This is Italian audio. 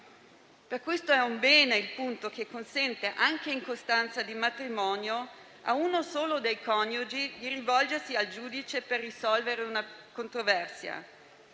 Per questo è un bene il punto che consente, anche in costanza di matrimonio, a uno solo dei coniugi di rivolgersi al giudice per risolvere una controversia.